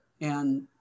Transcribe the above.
And-